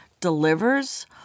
delivers –